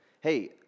hey